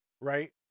right